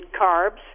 carbs